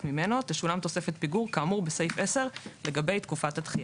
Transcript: ממנו תשולם תוספת פיגור כאמור בסעיף 10 לגבי תקופת הדחיה.